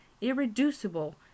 irreducible